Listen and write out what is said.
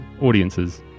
audiences